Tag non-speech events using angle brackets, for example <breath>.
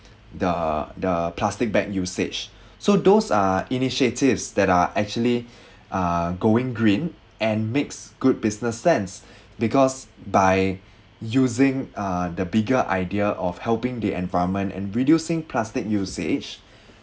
the the plastic bag usage <breath> so those are initiatives that are actually <breath> uh going green and makes good business sense <breath> because by using uh the bigger idea of helping the environment and reducing plastic usage <breath>